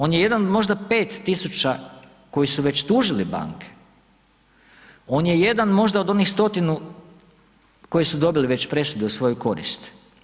On je jedan od možda 5.000 koji su već tužili banke, on je jedan možda od onih 100-tinu koji su dobili već presudu u svoju korist.